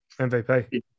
MVP